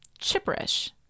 chipperish